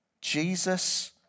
Jesus